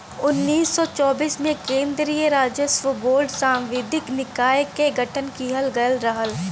उन्नीस सौ चौबीस में केन्द्रीय राजस्व बोर्ड सांविधिक निकाय क गठन किहल गयल रहल